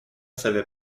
savait